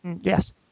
Yes